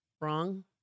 wrong